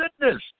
goodness